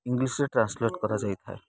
ଇଂଲିଶରେ ଟ୍ରାନ୍ସଲେଟ୍ କରାଯାଇଥାଏ